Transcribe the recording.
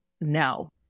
no